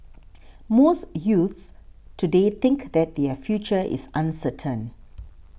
most youths today think that their future is uncertain